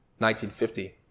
1950